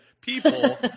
people